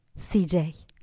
CJ